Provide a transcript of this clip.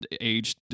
age